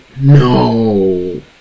No